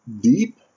deep